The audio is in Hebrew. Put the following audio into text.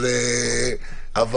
אני